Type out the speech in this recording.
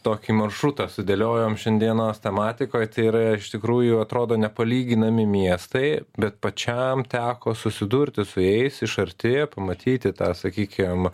tokį maršrutą sudėliojom šiandienos tematikoj tai yra iš tikrųjų atrodo nepalyginami miestai bet pačiam teko susidurti su jais iš arti pamatyti tą sakykim